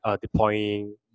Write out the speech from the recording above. deploying